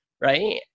right